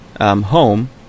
home